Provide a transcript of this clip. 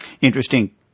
interesting